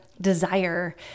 desire